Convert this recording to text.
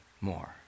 more